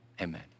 amen